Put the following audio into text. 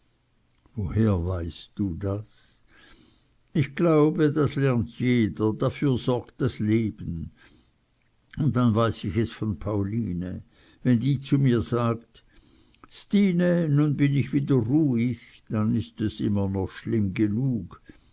woher weißt du das ich glaube das lernt jeder dafür sorgt das leben und dann weiß ich es von pauline wenn die zu mir sagt stine nun bin ich wieder ruhig dann ist es immer noch schlimm genug